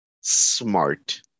smart